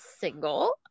single